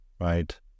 right